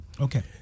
Okay